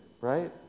right